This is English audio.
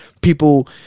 People